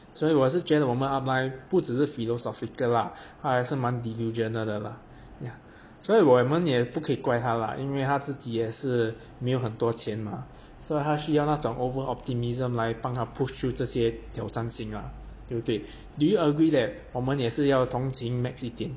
所以我是觉得我们 up line 不只是 philosophical lah 还是蛮 delusional 的 lah ya 所以我们也不可以怪他啦因为他自己也是没有很多钱 mah 所以他需要那种 over optimism 来帮他 push through 这些挑战性啦对不对 do you agree that 我们也是要同情 max 一点